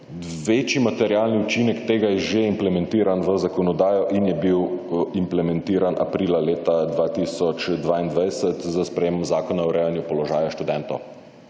Večji materialni učinek tega je že implementiran v zakonodajo in je bil implementiral aprila leta 2022 s prejemom Zakona o urejanju položaja študentov.